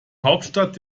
hauptstadt